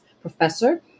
professor